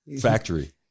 factory